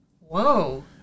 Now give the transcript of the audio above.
whoa